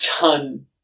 done